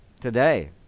today